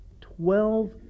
Twelve